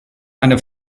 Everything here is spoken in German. eine